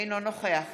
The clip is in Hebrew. אינו נוכח